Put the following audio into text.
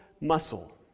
muscle